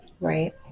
right